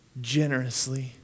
generously